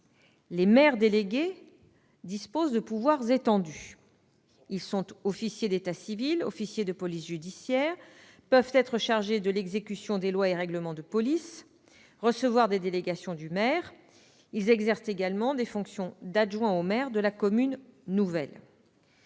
les maires délégués disposent de pouvoirs étendus : ils sont officiers d'état civil, officiers de police judiciaire ; ils peuvent être chargés de l'exécution des lois et règlements de police, recevoir des délégations du maire ; ils exercent également des fonctions d'adjoint au maire de la commune nouvelle.